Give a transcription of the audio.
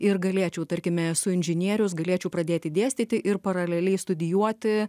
ir galėčiau tarkime esu inžinierius galėčiau pradėti dėstyti ir paraleliai studijuoti